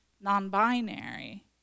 non-binary